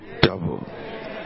double